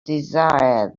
desire